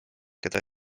keda